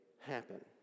happen